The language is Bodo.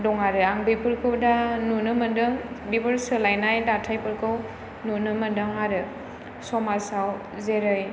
दं आरो आं बिफोरखौ दा नुनो मोनदों बिफोर सोलायनाय दाथायफोरखौ नुनो मोनदों आरो समाजाव जेरै